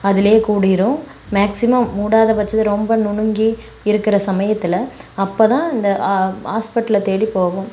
அதிலே கூடிடும் மேக்ஸிமம் மூடாத பட்சத்தில் ரொம்ப நுணுங்கி இருக்கிற சமயத்தில் அப்போ தான் இந்த ஹாஸ்பிட்டலை தேடி போவோம்